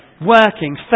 working